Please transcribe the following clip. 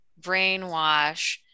brainwash